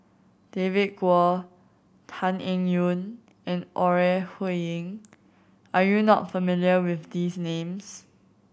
David Kwo Tan Eng Yoon and Ore Huiying are you not familiar with these names